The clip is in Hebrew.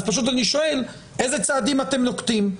אז פשוט אני שואל איזה צעדים אתם נוקטים?